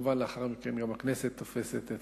כמובן לאחר מכן גם הכנסת תופסת את